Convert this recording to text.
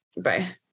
Bye